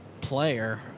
player